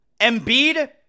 Embiid